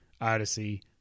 Odyssey